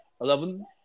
eleven